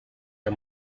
her